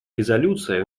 резолюция